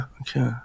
okay